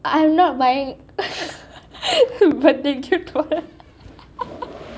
I am not buying but did you tell her